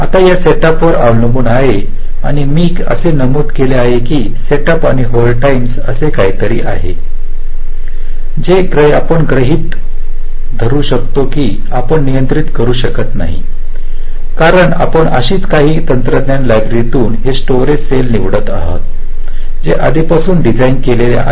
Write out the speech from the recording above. आता हे सेटअप वर अवलंबून आहे आणि मी असे नमूद केले आहे की सेटअप आणि होल्ड टाइम्स असे काहीतरी आहे जे आपण गृहित धरू शकतो की आपण नियंत्रित करू शकत नाही कारण आपण आधीच काही तंत्रज्ञानच्या लायब्ररीतून हे स्टोरेज सेल निवडत आहोत जे आधीपासून डिझाईन केलेले आहेत